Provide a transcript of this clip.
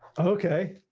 okay.